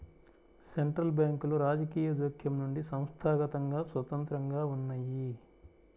central బ్యాంకులు రాజకీయ జోక్యం నుండి సంస్థాగతంగా స్వతంత్రంగా ఉన్నయ్యి